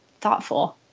thoughtful